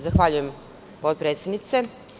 Zahvaljujem, potpredsednice.